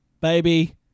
baby